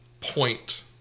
point